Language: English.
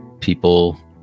people